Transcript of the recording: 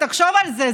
תחשוב על זה,